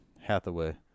Hathaway